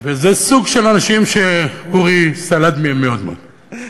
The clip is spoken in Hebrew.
וזה סוג של אנשים שאורי סלד מהם מאוד מאוד.